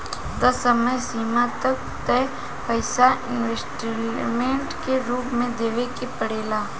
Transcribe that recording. तय समय सीमा तक तय पइसा इंस्टॉलमेंट के रूप में देवे के पड़ेला